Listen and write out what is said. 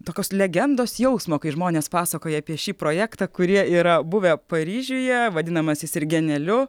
tokios legendos jausmo kai žmonės pasakoja apie šį projektą kurie yra buvę paryžiuje vadinamas jis ir genialiu